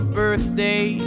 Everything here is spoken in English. birthday